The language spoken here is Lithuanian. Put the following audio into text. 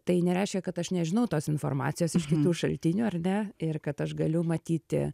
tai nereiškia kad aš nežinau tos informacijos iš kitų šaltinių ar ne ir kad aš galiu matyti